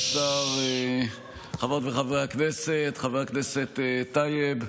השר, חברות וחברי הכנסת, חבר הכנסת טייב,